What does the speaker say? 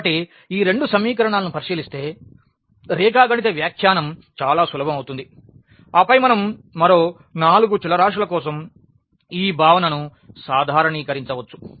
కాబట్టి ఈ రెండు సమీకరణాలను పరిశీలిస్తే రేఖాగణిత వ్యాఖ్యానం చాలా సులభం అవుతుంది ఆపై మనం మరో 4 చలరాశుల కోసం ఈ భావనను సాధారణీకరించవచ్చు